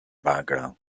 background